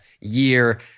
Year